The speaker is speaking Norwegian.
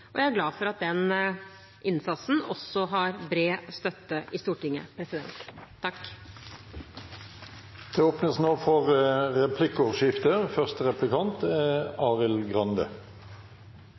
betydning. Jeg er glad for at denne innsatsen også har bred støtte i Stortinget. Det blir replikkordskifte.